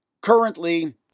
currently